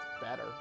better